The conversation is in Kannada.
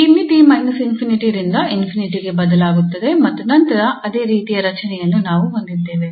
ಈ ಮಿತಿ −∞ ರಿಂದ ∞ ಗೆ ಬದಲಾಗುತ್ತದೆ ಮತ್ತು ನಂತರ ಅದೇ ರೀತಿಯ ರಚನೆಯನ್ನು ನಾವು ಹೊಂದಿದ್ದೇವೆ